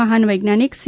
મહાન વૈજ્ઞાનિક સી